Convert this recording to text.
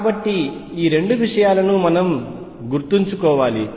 కాబట్టి ఈ రెండు విషయాలను మనం గుర్తుంచుకోవాలి